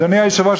אדוני היושב-ראש,